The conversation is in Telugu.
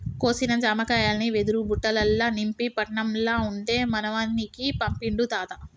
కోసిన జామకాయల్ని వెదురు బుట్టలల్ల నింపి పట్నం ల ఉండే మనవనికి పంపిండు తాత